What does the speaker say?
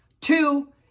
Two